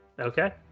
Okay